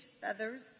feathers